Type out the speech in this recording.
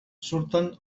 surten